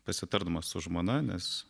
pasitardamas su žmona nes